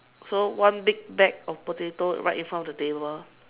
so one big bag of potato right in front of the table